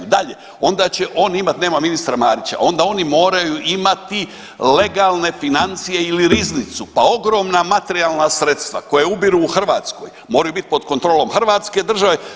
Dalje, onda će on imati, nema ministra Marića, onda oni moraju imati legalne financije ili riznicu pa ogromna materijalna sredstva koja ubiru u Hrvatskoj moraju bit pod kontrolom Hrvatske države.